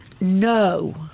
No